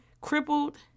crippled